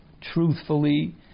truthfully